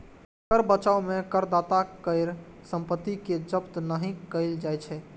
कर बचाव मे करदाता केर संपत्ति कें जब्त नहि कैल जाइ छै